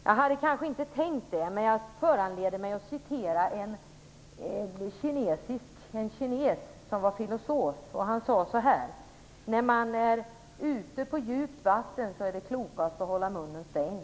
Jag hade inte tänkt det, men jag känner mig föranlåten att citera en kines som var filosof. Han sade: När man är ute på djupt vatten är det klokast att hålla munnen stängd.